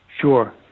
Sure